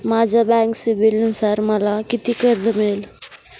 माझ्या बँक सिबिलनुसार मला किती कर्ज मिळेल?